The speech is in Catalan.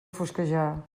fosquejar